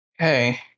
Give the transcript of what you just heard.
Okay